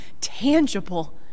tangible